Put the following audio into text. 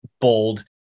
bold